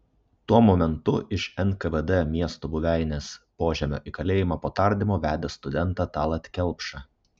tuo momentu iš nkvd miesto buveinės požemio į kalėjimą po tardymo vedė studentą tallat kelpšą